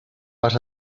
vas